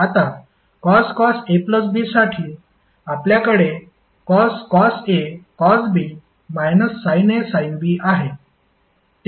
आता cos AB साठी आपल्याकडे cos A cosB sinA sin Bआहे